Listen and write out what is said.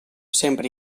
sempre